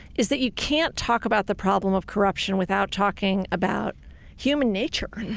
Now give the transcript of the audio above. is that you can't talk about the problem of corruption without talking about human nature.